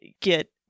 get